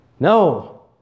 No